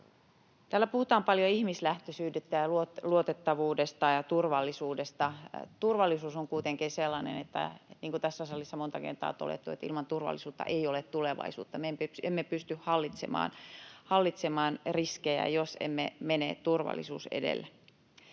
Täällä puhutaan paljon ihmislähtöisyydestä ja luotettavuudesta ja turvallisuudesta. Turvallisuus on kuitenkin sellainen, niin kuin tässä salissa on monta kertaa todettu, että ilman turvallisuutta ei ole tulevaisuutta. Me emme pysty hallitsemaan riskejä, jos emme mene turvallisuus edellä.